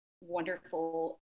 wonderful